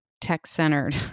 tech-centered